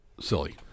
silly